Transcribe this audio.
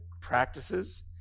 practices